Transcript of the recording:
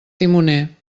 timoner